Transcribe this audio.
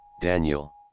Daniel